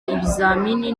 ibizamini